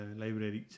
library